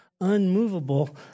unmovable